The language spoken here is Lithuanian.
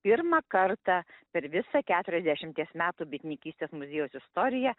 pirmą kartą per visą keturiasdešimties metų bitininkystės muziejaus istoriją